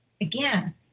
Again